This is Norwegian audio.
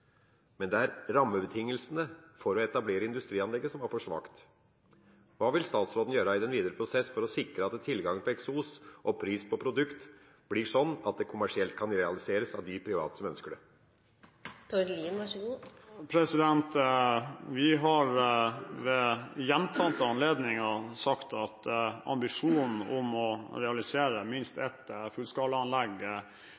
Det var rammebetingelsene for å etablere industrianlegget som var for svake. Hva vil statsråden gjøre i den videre prosess for å sikre at tilgang på eksos og pris på produkt blir sånn at det kommersielt kan realiseres av de private som ønsker det? Vi har ved gjentatte anledninger sagt at ambisjonen om å realisere minst